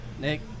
Nick